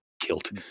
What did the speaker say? kilt